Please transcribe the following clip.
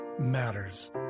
matters